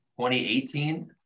2018